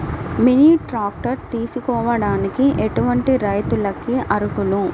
Mini tractor తీసుకోవడానికి ఎటువంటి రైతులకి అర్హులు?